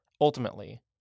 Ultimately